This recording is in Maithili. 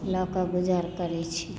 लऽ कऽ गुजर करैत छी